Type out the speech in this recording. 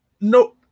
no